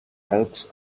elks